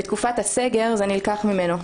בתקופת הסגר זה נלקח ממנו,